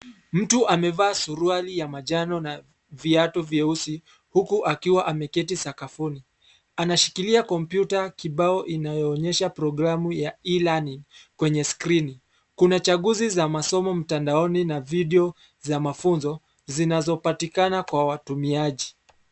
Mtu amevaa suruali ya manjano na viatu vyeusi huku akiwa ameketi sakafuni. Anashikia kompyuta kibao inayoonyesha programu ya e-learning kwenye skrini kuna changuzi za masomo mitandaoni na vidio za mafunzo, zinazopatikana Kwa watumiaji.